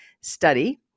study